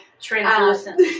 translucent